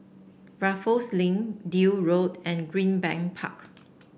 Raffles Link Deal Road and Greenbank Park